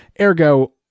ergo